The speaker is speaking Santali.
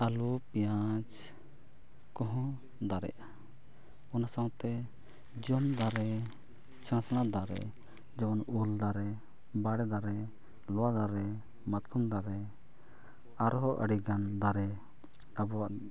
ᱟᱞᱩ ᱯᱮᱸᱭᱟᱡᱽ ᱠᱚᱦᱚᱸ ᱫᱟᱨᱮᱜᱼᱟ ᱚᱱᱟ ᱥᱟᱶᱛᱮ ᱡᱚᱢ ᱫᱟᱨᱮ ᱥᱮᱬᱟᱼᱥᱮᱬᱟ ᱫᱟᱨᱮᱜᱼᱟ ᱡᱮᱢᱚᱱ ᱩᱞ ᱫᱟᱨᱮ ᱵᱟᱲᱮ ᱫᱟᱨᱮ ᱞᱚᱣᱟ ᱫᱟᱨᱮ ᱢᱟᱛᱠᱚᱢ ᱫᱟᱨᱮ ᱟᱨᱦᱚᱸ ᱟᱹᱰᱤᱜᱟᱱ ᱫᱟᱨᱮ ᱟᱵᱚᱣᱟᱜ